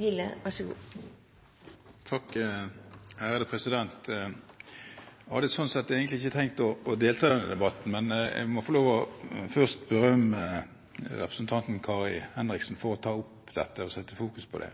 Jeg hadde ikke tenkt å delta i denne debatten. Jeg må først få lov å berømme representanten Kari Henriksen for å ta opp dette og sette fokus på det.